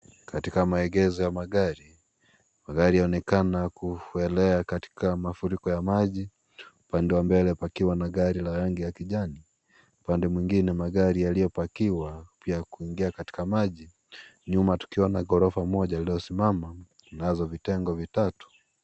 Katika maegezo ya magari, magari yaonekana kuelea katika mafuriko ya maji, upande wa mbele pakiwa na gari la rangi ya kijani, pande mwingine magari yaliyopakiwa pia kuingia katika maji. Nyuma tukiona ghorofa moja iliyosimama, nazo vitengo vitatu.